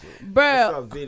bro